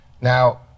Now